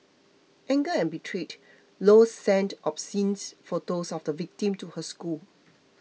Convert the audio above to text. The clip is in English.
anger and betrayed Low sent obscene photos of the victim to her school